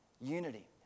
Unity